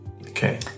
Okay